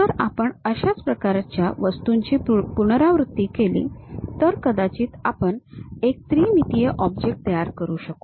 जर आपण अशाच प्रकारच्या वस्तूंची पुनरावृत्ती केली तर कदाचित आपण एक त्रिमितीय ऑब्जेक्ट तयार करू शकू